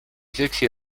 seksi